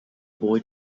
boy